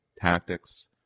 tactics